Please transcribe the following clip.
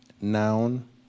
Noun